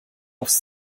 aufs